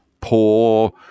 poor